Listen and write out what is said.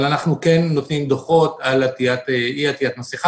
אבל אנחנו כן נותנים דוחות על אי עטיית מסכה.